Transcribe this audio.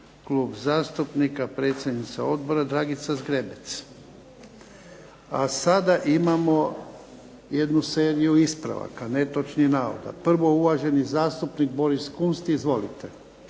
Klub zastupnika, predsjednica odbora Dragica Zgrebec. A sada imamo jednu seriju ispravaka netočnih navoda. Prvo uvaženi zastupnik Boris Kunst. Izvolite.